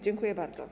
Dziękuję bardzo.